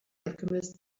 alchemist